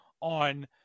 on